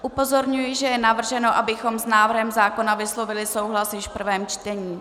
Upozorňuji, že je navrženo, abychom s návrhem zákona vyslovili souhlas již v prvém čtení.